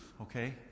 okay